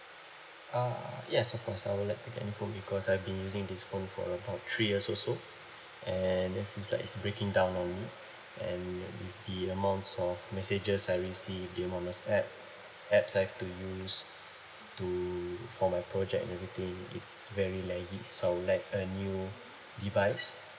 uh yes of course I would like to get a new phone because I've been using this phone for about three years also and it's like it breaking down on me and with the amounts of messages I receive the app apps I've to use to for my project and everything it's very laggy so I would like a new device